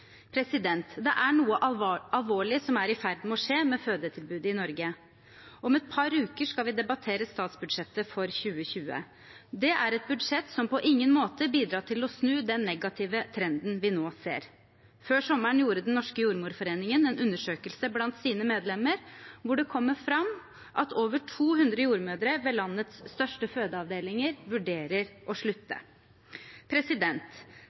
Det er noe alvorlig som er i ferd med å skje med fødetilbudet i Norge. Om et par uker skal vi debattere statsbudsjettet for 2020. Det er et budsjett som på ingen måte bidrar til å snu den negative trenden vi nå ser. Før sommeren gjorde Den norske jordmorforening en undersøkelse blant sine medlemmer, hvor det kommer fram at over 200 jordmødre ved landets største fødeavdelinger vurderer å slutte.